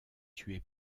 tuer